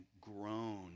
grown